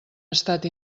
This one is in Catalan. estat